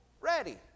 ready